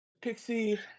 Pixie